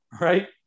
right